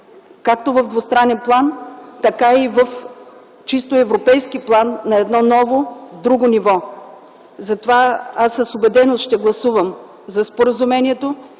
както в двустранен план, така и в чисто европейски план на едно ново, друго ниво. Затова аз с убеденост ще гласувам за споразумението,